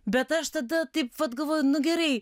bet aš tada taip vat galvoju nu gerai